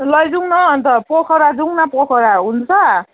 लैजाउँ न अन्त पौखरा जाउँ न पोखरा हुन्छ